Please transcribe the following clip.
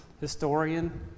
historian